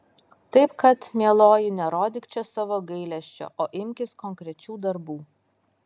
taip kad mieloji nerodyk čia savo gailesčio o imkis konkrečių darbų